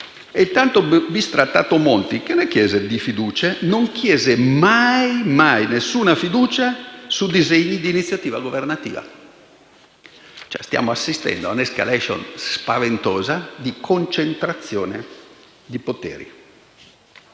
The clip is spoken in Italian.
il tanto bistrattato Monti, che ne chiese di fiducie, non pose mai la fiducia su disegni di legge di iniziativa governativa. Stiamo assistendo a un'*escalation* spaventosa di concentrazione di poteri.